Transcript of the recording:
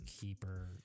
keeper